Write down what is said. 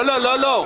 לא, לא, לא.